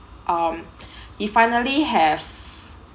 um he finally have